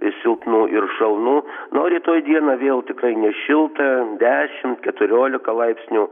silpnų ir šalnų nu o rytoj dieną vėl tikrai nešilta dešimt keturiolika laipsnių